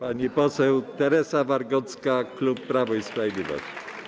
Pani poseł Teresa Wargocka, klub Prawo i Sprawiedliwość.